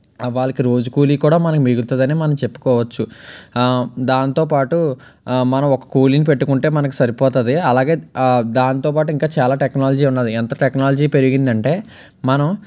వాళ్లకి రోజు కూలీ కూడా వాళ్లకి మిగులుతుందనే మనం చెప్పుకోవచ్చు దానితోపాటు మనం ఒక కూలిని పెట్టుకుంటే మనకి సరిపోతుంది అలాగే దానితోపాటు ఇంకా చాలా టెక్నాలజీ ఉన్నది ఎంత టెక్నాలజీ పెరిగిందంటే మనం